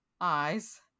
eyes